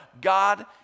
God